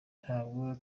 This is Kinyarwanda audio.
ntabwo